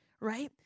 Right